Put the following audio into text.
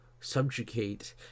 subjugate